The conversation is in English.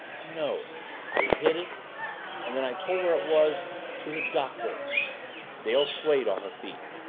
no i hid it and then i told where it was to the doctor dale swayed on her feet.